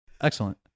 Excellent